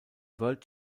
world